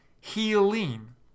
healing